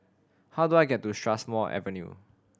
how do I get to Strathmore Avenue